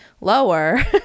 lower